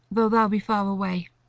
though thou be far away.